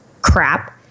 crap